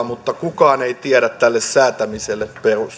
mutta kukaan ei tiedä tälle säätämiselle perusteita eilen